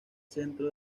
centro